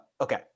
okay